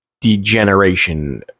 degeneration